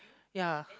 ya